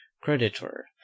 creditor